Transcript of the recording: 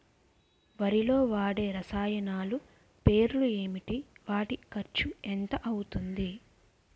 వరిలో వాడే రసాయనాలు పేర్లు ఏంటి? వాటి ఖర్చు ఎంత అవతుంది?